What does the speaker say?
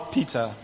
Peter